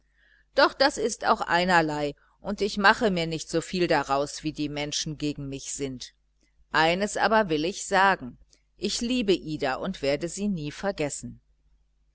doch das ist auch einerlei und ich mache mir nicht so viel daraus wie die menschen gegen mich sind eines aber will ich sagen ich liebe ida und werde sie nie vergessen